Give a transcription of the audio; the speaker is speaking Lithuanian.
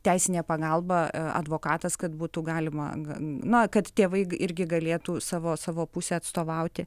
teisinė pagalba advokatas kad būtų galima na kad tėvai irgi galėtų savo savo pusę atstovauti